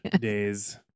days